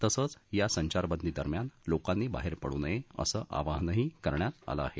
तसंच या संचारबंदी दरम्यान लोकांनी बाहेर पडू नये असं आवाहनही करण्यात आलं आहे